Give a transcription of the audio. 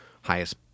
highest